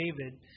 David